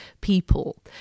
people